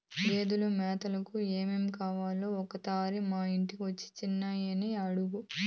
గేదెలు మేతకు ఏమేమి కావాలో ఒకతూరి మా ఇంటికొచ్చి చిన్నయని అడుగు